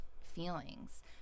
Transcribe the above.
feelings